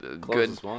good